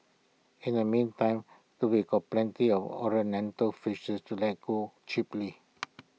in the meantime plenty of ornamental fishes to let go cheaply